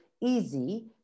easy